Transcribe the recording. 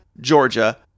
Georgia